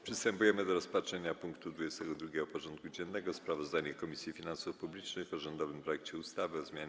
Przystępujemy do rozpatrzenia punktu 22. porządku dziennego: Sprawozdanie Komisji Finansów Publicznych o rządowym projekcie ustawy o zmianie